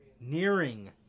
nearing